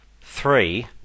three